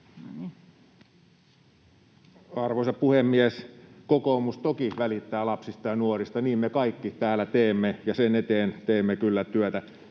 Arvoisa puhemies! Kokoomus toki välittää lapsista ja nuorista — niin me kaikki täällä teemme, ja sen eteen teemme kyllä työtä.